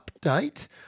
update